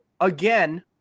again